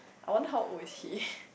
I wonder how old is he